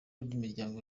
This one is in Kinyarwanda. n’imiryango